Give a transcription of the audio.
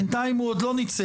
בינתיים הוא עוד לא ניצח,